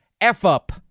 F-up